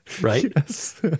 right